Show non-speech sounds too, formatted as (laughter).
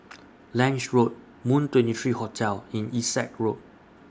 (noise) Lange Road Moon twenty three Hotel and Essex Road